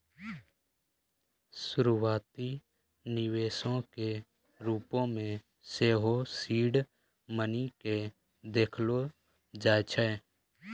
शुरुआती निवेशो के रुपो मे सेहो सीड मनी के देखलो जाय छै